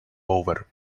over